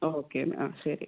okay എന്നാൽ ആ ശരി